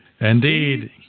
Indeed